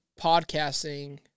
podcasting